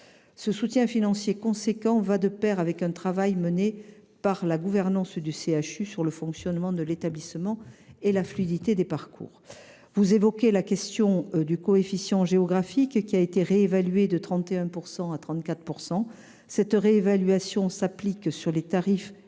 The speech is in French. Ce soutien financier important va de pair avec un travail mené par la gouvernance du CHU sur le fonctionnement de l’établissement et la fluidité des parcours. Vous évoquez le coefficient géographique, rehaussé de 31 % à 34 %. Cette réévaluation s’applique sur les tarifs et